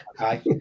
okay